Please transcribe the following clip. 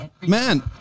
Man